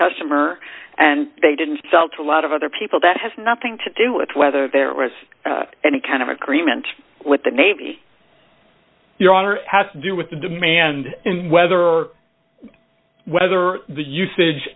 customer and they didn't sell to a lot of other people that has nothing to do with whether there was any kind of agreement with the navy or has to do with the demand and whether or whether the usage